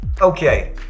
okay